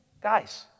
Guys